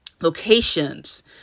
locations